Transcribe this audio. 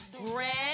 Red